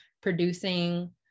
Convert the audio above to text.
producing